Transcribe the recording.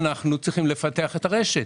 אנחנו צריכים לפתח את הרשת,